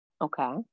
Okay